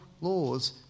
laws